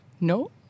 No